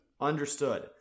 Understood